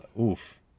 Oof